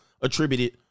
attributed